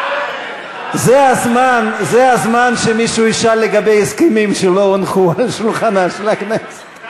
זה הזמן שמישהו ישאל לגבי הסכמים שלא הונחו על שולחן הכנסת.